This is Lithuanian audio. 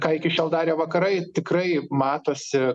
ką iki šiol darė vakarai tikrai matosi